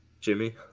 Jimmy